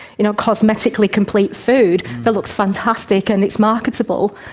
you know, cosmetically complete food that looks fantastic and it's marketable.